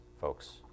folks